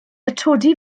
atodi